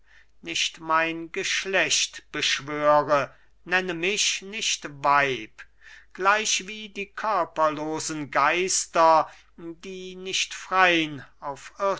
nicht mein geschlecht beschwöre nenne mich nicht weib gleichwie die körperlosen geister die nicht frein auf